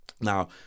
Now